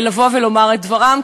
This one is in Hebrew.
לבוא ולומר את דברו,